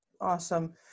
Awesome